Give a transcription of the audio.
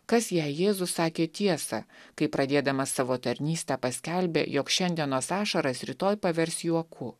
kas jei jėzus sakė tiesą kai pradėdamas savo tarnystę paskelbė jog šiandienos ašaras rytoj pavers juoku